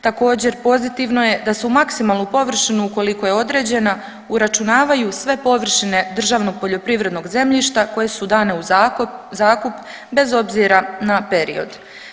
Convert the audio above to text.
Također pozitivno je da se maksimalnu površinu ukoliko je određena uračunavaju sve površine državnog poljoprivrednog zemljišta koje su dane u zakup bez obzira na period.